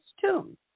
Tomb